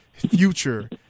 future